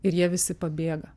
ir jie visi pabėga